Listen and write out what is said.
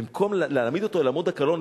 במקום להעמיד אותו אל עמוד הקלון,